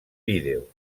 vídeo